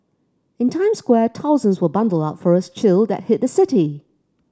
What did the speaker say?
in Times Square thousands were bundled up for a chill that hit the city